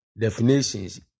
definitions